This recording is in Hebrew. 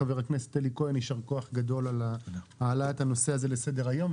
חבר הכנסת אלי כהן יישר כוח גדול על העלאת הנושא הזה לסדר היום,